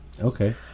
Okay